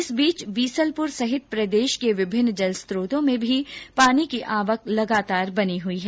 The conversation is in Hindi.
इस बीच बीसलपुर सहित प्रदेश के विभिन्न जलस्रोतो में पानी की आवक लगातार बनी हुई है